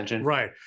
Right